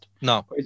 No